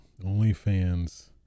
OnlyFans